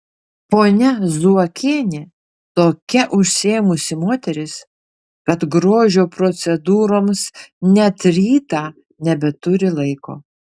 ponia zuokienė tokia užsiėmusi moteris kad grožio procedūroms net rytą nebeturi laiko